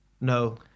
No